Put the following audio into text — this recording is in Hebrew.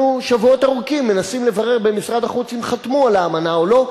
אנחנו שבועות ארוכים מנסים לברר במשרד החוץ אם חתמו על האמנה או לא,